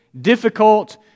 difficult